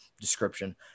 description